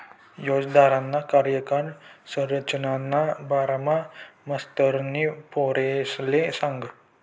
याजदरना कार्यकाय संरचनाना बारामा मास्तरनी पोरेसले सांगं